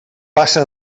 passa